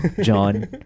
John